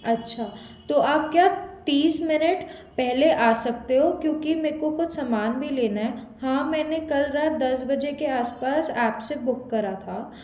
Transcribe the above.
अच्छा तो आप क्या तीस मिनट पहले आ सकते हो क्योंकि मेको कुछ सामान भी लेना है हाँ मैं कल रात दस बजे के आसपास ऐप से बुक करा था